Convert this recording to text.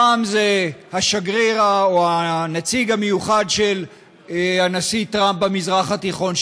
הפעם זה השגריר או הנציג המיוחד של הנשיא טרמפ במזרח התיכון,